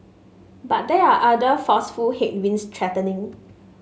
but there are other forceful headwinds threatening